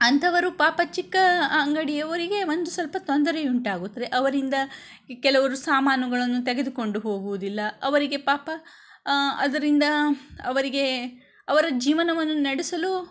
ಅಂಥವರು ಪಾಪ ಚಿಕ್ಕ ಅಂಗಡಿಯವರಿಗೆ ಒಂದು ಸ್ವಲ್ಪ ತೊಂದರೆ ಉಂಟಾಗುತ್ತದೆ ಅವರಿಂದ ಕೆಲವರು ಸಾಮಾನುಗಳನ್ನು ತೆಗೆದುಕೊಂಡು ಹೋಗುವುದಿಲ್ಲ ಅವರಿಗೆ ಪಾಪ ಅದರಿಂದ ಅವರಿಗೆ ಅವರ ಜೀವನವನ್ನು ನಡೆಸಲು